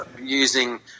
using